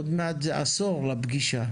עוד מעט זה עשור לפגישה.